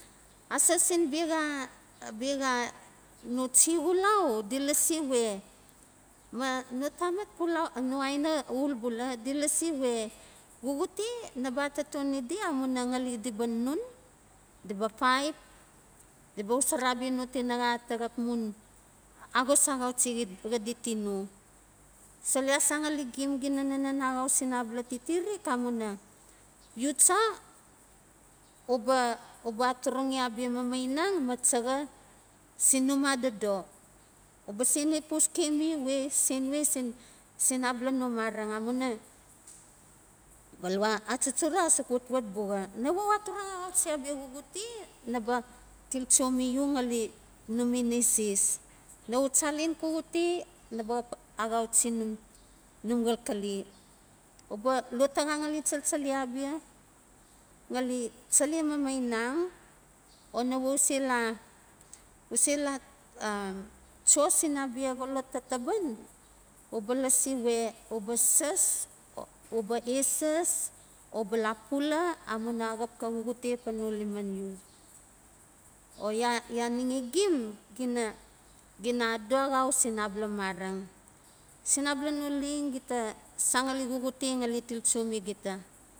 Aso sin bia xa, bia xa no chi xulau di lasi we ma no tamat kulau, no aina ul bula di lasi we xuxute naba atatonidi amuina di ba nun, diba paip di ba xosora abia no tinaxa ta xap mun axog axauchi xadi tino sol ya san ngali gim gina nanan axausin abala titirik amuina u cha uba uba aturu xi abia mamainang ma chaxa sin num a dodo, u ba sen epuske mi we sen we sin abala no mareng amuina bala achuchura a suk watwat buxa. Nawe u aturinx axauchi abia xuxute naba til cho mi u ngali num ineses. Nawe u chalen xuxute naba xap axauchi num xalxal uba ali chale mamainang o nawe u se la u se la a cho sin abia xolot ta taban u ba lasi we uba sas, uba esas uba la pula a muina axap xa xuxute pan no liman u. O ya ya nixi gim gina gina adodo axau sin abala mareng, sin abala no leng gita saan ngali xuxute ngali til cho mi gita.